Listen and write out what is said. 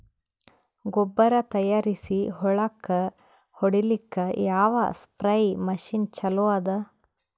ಗೊಬ್ಬರ ತಯಾರಿಸಿ ಹೊಳ್ಳಕ ಹೊಡೇಲ್ಲಿಕ ಯಾವ ಸ್ಪ್ರಯ್ ಮಷಿನ್ ಚಲೋ ಅದ?